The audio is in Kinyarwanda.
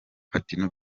atyo